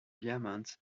diamond